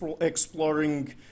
exploring